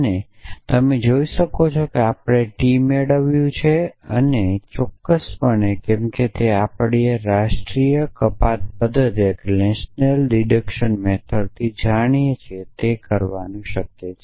તેથી તમે જોઈ શકો છો કે આપણે ખરેખર T મેળવ્યું છે આપણે ખરેખર T મેળવ્યું છે પરંતુ ચોક્કસપણે કેમ કે આપણે રાષ્ટ્રીય કપાત પદ્ધતિથી જાણીએ છીએ જે કરવાનું શક્ય છે